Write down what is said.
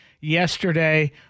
yesterday